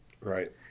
Right